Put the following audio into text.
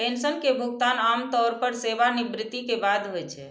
pension के भुगतान आम तौर पर सेवानिवृत्ति के बाद होइ छै